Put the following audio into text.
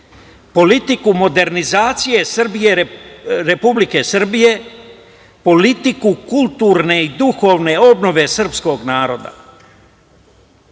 politiku modernizacije Republike Srbije, politiku kulturne i duhovne obnove srpskog naroda